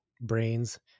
brains